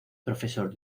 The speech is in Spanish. profesor